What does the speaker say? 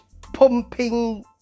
pumping